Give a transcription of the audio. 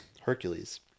Hercules